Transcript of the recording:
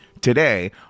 today